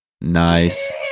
nice